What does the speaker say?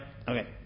Okay